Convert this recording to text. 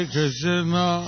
Krishna